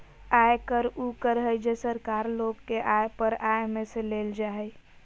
आयकर उ कर हइ जे सरकार लोग के आय पर आय में से लेल जा हइ